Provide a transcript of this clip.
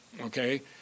Okay